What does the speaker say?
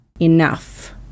Enough